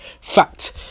fact